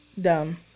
dumb